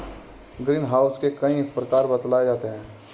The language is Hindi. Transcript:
ग्रीन हाउस के कई प्रकार बतलाए जाते हैं